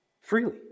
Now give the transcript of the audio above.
freely